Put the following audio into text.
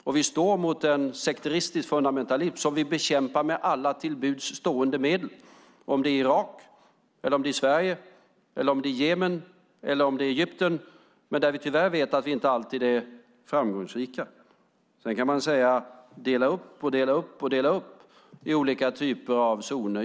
Och vi står mot en sekteristisk fundamentalism som vi vill bekämpa med alla till buds stående medel, om det är i Irak, om det är i Sverige, om det är i Jemen eller om det är i Egypten, men där vi tyvärr vet att vi inte alltid är framgångsrika. Sedan kan man tala om att dela upp och dela upp i olika typer av zoner.